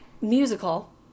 musical